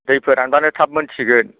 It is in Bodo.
दैफोर रानब्लानो थाब मोनसिगोन